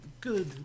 Good